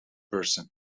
person